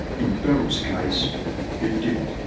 in beryl's case it didn't.